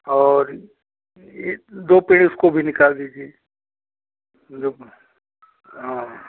और ये दो पेड़ उसको भी निकाल दीजिए जो हाँ